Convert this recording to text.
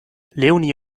leonie